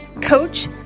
coach